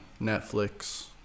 Netflix